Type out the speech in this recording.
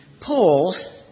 Paul